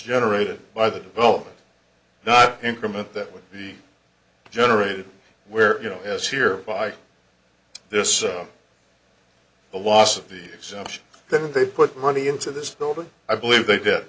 generated by the development not increment that would be generated where you know as here by this the loss of the exemption that they put money into this building i believe they did